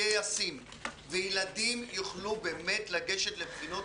יהיה ישים וילדים יוכלו באמת לגשת לבחינות